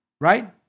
right